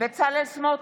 בצלאל סמוטריץ'